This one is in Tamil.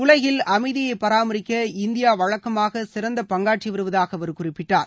உலகில் அமைதியை பராமரிக்க இந்தியா வழக்கமாக சிறந்த பங்காற்றி வருவதாக அவர் குறிப்பிட்டார்